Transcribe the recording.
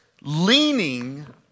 leaning